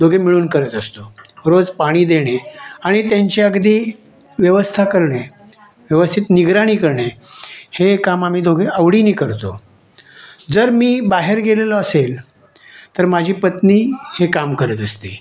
दोघे मिळून करत असतो रोज पाणी देणे आणि त्यांची अगदी व्यवस्था करणे व्यवस्थित निगराणी करणे हे काम आम्ही दोघे आवडीने करतो जर मी बाहेर गेलेलो असेल तर माझी पत्नी हे काम करत असते